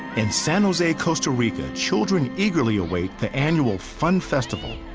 in san jose, costa rica, children eagerly await the annual fun festival,